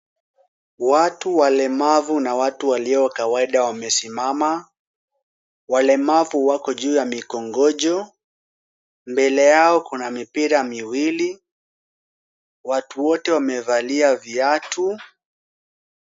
Watu walemavu na watu walio wa kawaida wamesimama. Walemavu wako juu ya mikongojo. Mbele yao kuna mipira miwili. Watuwote wamevalia viatu.